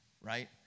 right